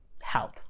help